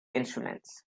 instruments